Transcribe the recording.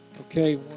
Okay